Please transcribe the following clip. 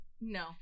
no